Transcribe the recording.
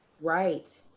Right